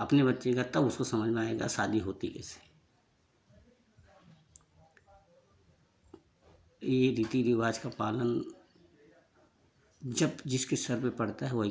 अपने बच्चे का तब उसको समझ में आएगा शादी होती कैसे है ये रीति रिवाज का पालन जब जिसके सर पर पड़ता है वो ही करता है